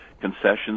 concessions